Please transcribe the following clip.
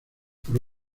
por